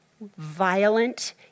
violent